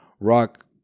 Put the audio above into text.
Rock